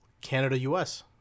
Canada-US